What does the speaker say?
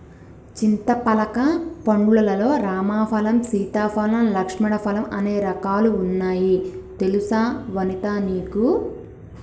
చింతపలక పండ్లు లల్లో రామ ఫలం, సీతా ఫలం, లక్ష్మణ ఫలం అనే రకాలు వున్నాయి తెలుసా వనితా నీకు